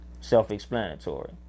Self-explanatory